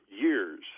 years